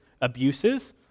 abuses